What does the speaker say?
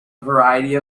variety